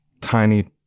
tiny